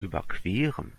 überqueren